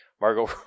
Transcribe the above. Margot